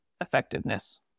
effectiveness